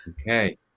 Okay